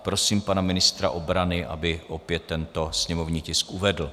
Prosím pana ministra obrany, aby opět tento sněmovní tisk uvedl.